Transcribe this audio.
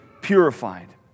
purified